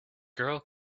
girl